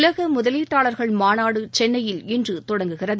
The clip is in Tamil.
உலக முதலீட்டாளர்கள் மாநாடு சென்னையில் இன்று தொடங்குகிறது